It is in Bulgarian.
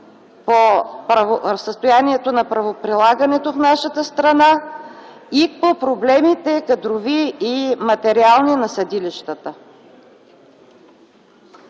по състоянието на правоприлагането в нашата страна и по проблемите – кадрови и материални на съдилищата.